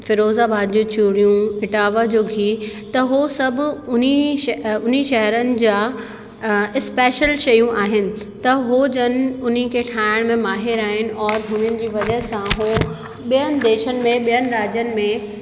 फ़िरोजाबाद जी चूड़ियूं इटावा जो गिह त हू सभु उन श उन शहिरन जा स्पेशल शयूं आहिनि त हू जन उन के ठाहिण में माहिर आहिनि और हुन जी वजह सां हू ॿियनि देशनि में ॿियनि राज्यनि में